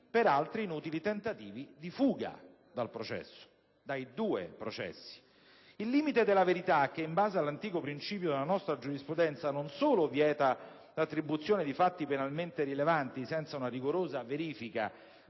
di altri inutili tentativi di fuga dal processo, anzi dai due processi. Il limite della verità, che in base all'antico principio della nostra giurisprudenza vieta non solo l'attribuzione di fatti penalmente rilevanti senza una rigorosa verifica,